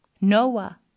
Noah